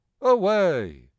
away